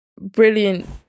brilliant